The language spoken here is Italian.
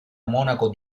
monaco